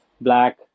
black